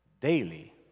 daily